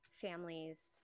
families